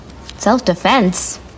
Self-defense